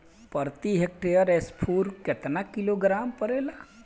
प्रति हेक्टेयर स्फूर केतना किलोग्राम परेला?